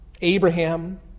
Abraham